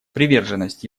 приверженность